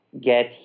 get